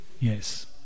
yes